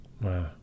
Wow